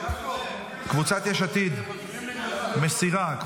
קבוצת יש עתיד מסירה,